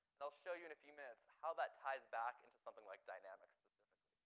and i'll show you in a few minutes how that ties back into something like dynamics specifically,